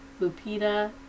Lupita